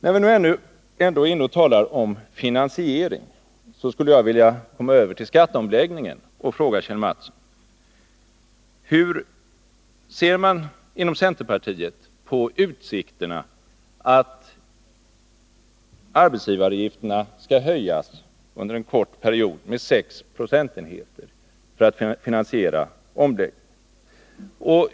När vi nu ändå är inne på frågan om finansiering, skulle jag vilja komma över till skatteomläggningen och fråga Kjell Mattsson: Hur ser man inom centerpartiet på utsikterna att arbetsgivaravgifterna under en kort period skall höjas med 6 procentenheter för att man skall finansiera omläggningen?